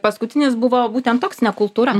paskutinis buvo būtent toksinė kultūra